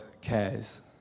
cares